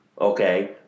okay